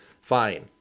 fine